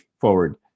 forward